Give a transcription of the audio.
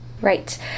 Right